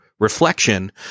Reflection